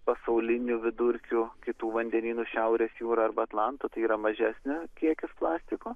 pasauliniu vidurkiu kitų vandenynų šiaurės jūra arba atlanto tai yra mažesnė kiekis plastiko